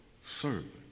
serving